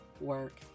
work